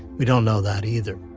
we don't know that either.